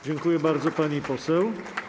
Dziękuję bardzo, pani poseł.